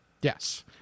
Yes